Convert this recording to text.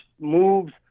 moves